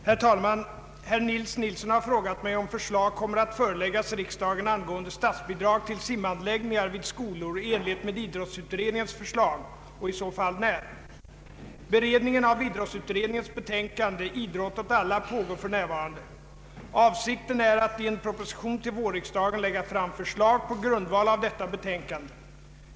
Herr talman! Herr Nils Nilsson har frågat mig, om förslag kommer att föreläggas riksdagen angående statsbidrag till simanläggningar vid skolor, i enlighet med idrottsutredningens förslag, och i så fall när. Beredningen av idrottsutredningens betänkande Idrott åt alla pågår för närvarande. Avsikten är att i en proposition till vårriksdagen lägga fram förslag på grundval av detta betänkande.